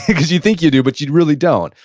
because you think you do, but you really don't,